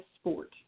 sport